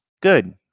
Good